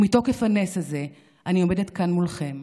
ומתוקף הנס הזה אני עומדת כאן מולכם,